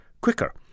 quicker